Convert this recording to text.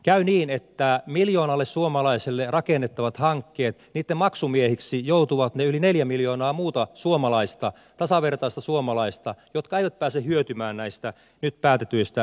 käy niin että miljoonalle suomalaiselle rakennettavien hankkeitten maksumiehiksi joutuvat ne yli neljä miljoonaa muuta suomalaista tasavertaista suomalaista jotka eivät pääse hyötymään näistä nyt päätetyistä investointipanoksista